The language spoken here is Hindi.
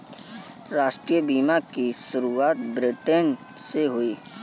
राष्ट्रीय बीमा की शुरुआत ब्रिटैन से हुई